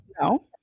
No